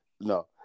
No